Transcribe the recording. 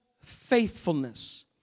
faithfulness